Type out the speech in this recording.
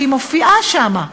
שמופיעה שם,